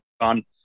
on